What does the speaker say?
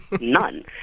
none